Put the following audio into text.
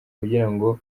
kugirango